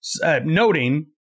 noting